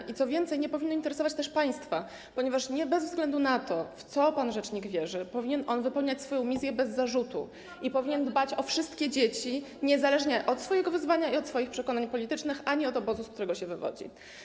I co więcej, nie powinno interesować też państwa, ponieważ bez względu na to, w co pan rzecznik wierzy, powinien on wypełniać swoją misję bez zarzutu i powinien dbać o wszystkie dzieci niezależnie od swojego wyznania, od swoich przekonań politycznych i od obozu, z którego się wywodzi.